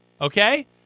Okay